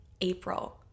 April